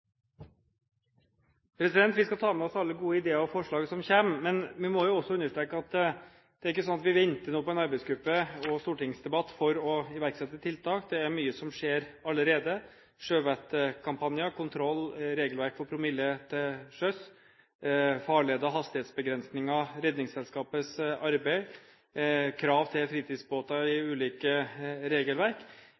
Vi skal ta med oss alle gode ideer og forslag som kommer, men vi må jo også understreke at det er ikke slik at vi nå venter på en arbeidsgruppe og stortingsdebatt for å iverksette tiltak. Det er mye som skjer allerede: sjøvettkampanjer, kontroll, regelverk for promille til sjøs, farleder, hastighetsbegrensninger, Redningsselskapets arbeid, krav til fritidsbåter i